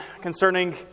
concerning